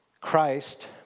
Christ